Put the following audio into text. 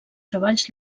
treballs